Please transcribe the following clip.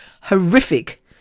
horrific